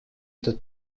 этот